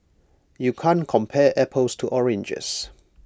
you can't compare apples to oranges